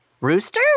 Rooster